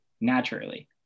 naturally